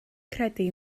credu